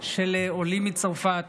של עולים מצרפת,